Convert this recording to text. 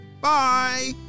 Bye